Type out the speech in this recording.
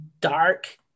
dark